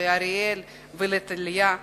לאריאל ולטליה,